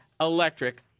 electric